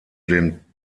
den